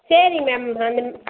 சரி மேம் அந்த